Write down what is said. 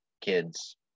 kids